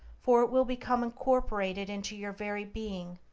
for it will become incorporated into your very being,